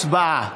הצבעה.